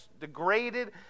degraded